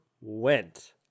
went